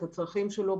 את הצרכים שלו,